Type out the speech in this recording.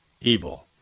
evil